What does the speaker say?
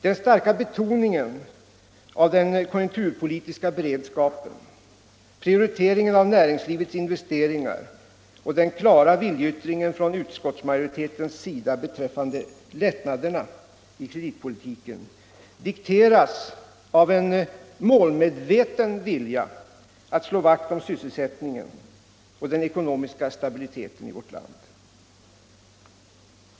Den starka betoningen av den konjunkturpolitiska beredskapen, prioriteringen av näringslivets investeringar och den klara viljeyttringen från utskottsmajoritetens sida beträffande lättnader i kreditpolitiken dikteras av en målmedveten vilja att slå vakt om sysselsättningen och den ekonomiska stabiliteten i vårt land.